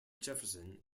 jefferson